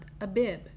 Abib